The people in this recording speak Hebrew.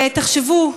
תחשבו,